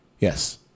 Yes